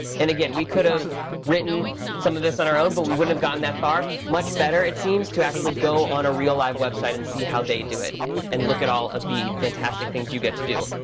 and again, we could have written some of this on our own. but we wouldn't gotten that far. much better, it seems to actually go on a real live website and see how they do it and look at all of the fantastic things you get to do.